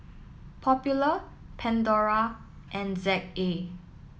Popular Pandora and Z A